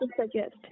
suggest